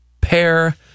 pair